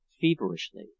feverishly